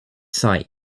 site